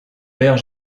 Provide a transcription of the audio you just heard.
père